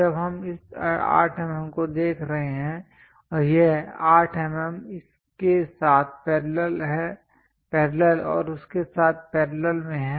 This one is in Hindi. जब हम इस 8 mm को देख रहे हैं और यह 8 mm इसके साथ पैरेलल और उसके साथ पैरेलल में है